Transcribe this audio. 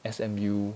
S_M_U